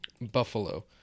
Buffalo